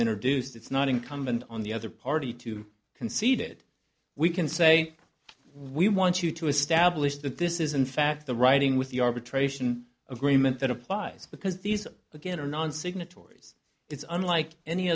introduced it's not incumbent on the other party to concede it we can say we want you to establish that this is in fact the writing with the arbitration agreement that applies because these again are non signatories it's unlike any